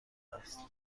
است